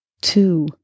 two